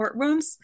courtrooms